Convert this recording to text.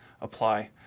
apply